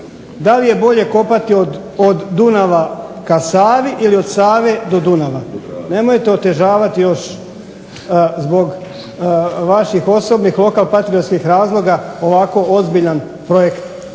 da li je bolje kopati od Dunava ka Savi ili od Save do Dunava. Nemojte otežavati još zbog vaših osobnih lokalpatriotskih razloga ovako ozbiljan projekt.